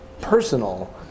personal